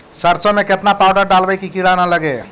सरसों में केतना पाउडर डालबइ कि किड़ा न लगे?